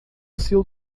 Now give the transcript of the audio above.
seu